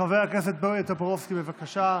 חבר הכנסת בועז טופורובסקי, בבקשה.